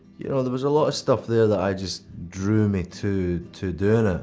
you know, there was a lot of stuff there that i, just drew me to to doing it.